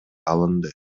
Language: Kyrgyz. алынды